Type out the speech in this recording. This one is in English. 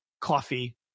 coffee